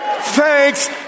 Thanks